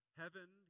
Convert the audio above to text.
heaven